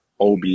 ob